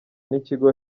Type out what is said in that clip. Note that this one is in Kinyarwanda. n’ikigo